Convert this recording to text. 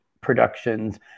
Productions